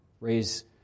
raise